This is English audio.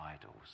idols